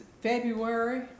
February